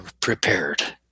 prepared